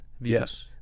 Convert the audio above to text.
Yes